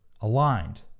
aligned